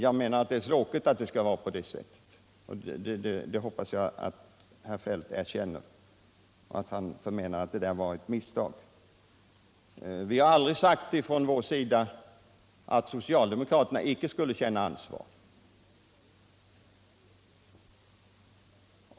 Det är för mig tråkigt att det skall vara på det sättet. Jag hoppas att herr Feldt erkänner att detta påstående var ett misstag. Vi har aldrig gjort gällande att socialdemokraterna inte skulle känna ansvar.